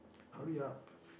hurry up